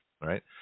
right